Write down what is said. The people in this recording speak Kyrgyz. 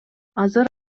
азыр